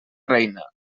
reina